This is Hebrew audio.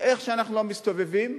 איך שאנחנו לא מסתובבים,